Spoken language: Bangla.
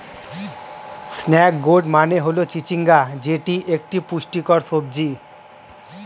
স্নেক গোর্ড মানে হল চিচিঙ্গা যেটি একটি পুষ্টিকর সবজি